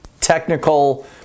technical